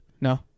No